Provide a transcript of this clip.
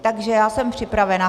Takže já jsem připravena.